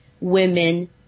women